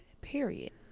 period